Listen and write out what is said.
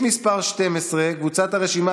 איפה ההיגיון